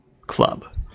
club